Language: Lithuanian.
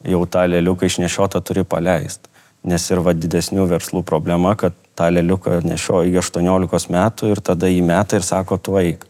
jau tą lėliuką išnešiotą turi paleist nes ir vat didesniu verslu problema kad tą lėliuką nešioja iki aštuoniolikos metų ir tada jį meta ir sako tu eik